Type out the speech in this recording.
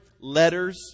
letters